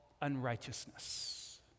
unrighteousness